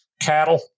cattle